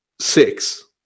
Six